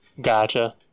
Gotcha